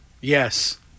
Yes